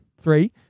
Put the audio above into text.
three